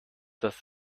das